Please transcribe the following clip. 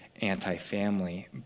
anti-family